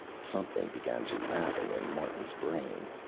something began to happen in martin's brain.